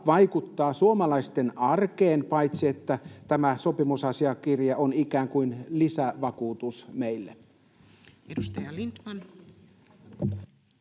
vaikuttaa suomalaisten arkeen, paitsi että tämä sopimusasiakirja on ikään kuin lisävakuutus meille? [Speech 33]